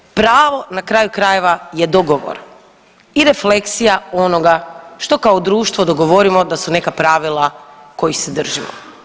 Pravo na kraju krajeva je dogovor i refleksija onoga što kao društvo dogovorimo da su neka pravila kojih se držimo.